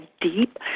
deep